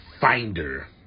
finder